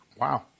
Wow